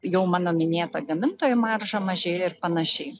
jau mano minėta gamintojų marža mažėja ir panašiai